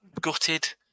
gutted